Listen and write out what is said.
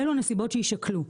אלה הנסיבות שיישקלו.